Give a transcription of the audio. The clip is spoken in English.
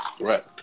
Right